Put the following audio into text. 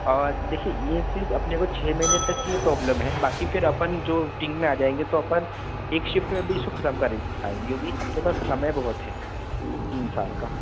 और देखिए यह सिर्फ़ अपने को छः महीने तक की ही प्रॉब्लम है बाकी फ़िर अपन जो टीम में आ जाएँगे तो अपन एक शिफ्ट में भी इसको ख़त्म कराएँगे वह भी अपने पास समय बहुत है तीन साल का